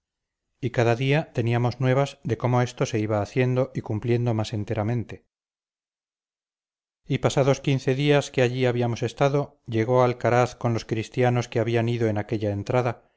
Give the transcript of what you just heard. y cada día teníamos nuevas de cómo esto se iba haciendo y cumpliendo más enteramente y pasados quince días que allí habíamos estado llegó alcaraz con los cristianos que habían ido en aquella entrada